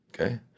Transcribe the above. Okay